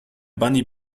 bunny